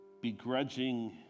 begrudging